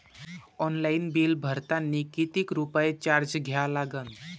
Online bill भरतानी कितीक रुपये चार्ज द्या लागन?